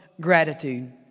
gratitude